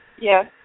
Yes